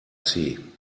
see